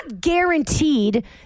guaranteed